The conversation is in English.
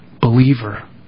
believer